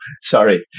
sorry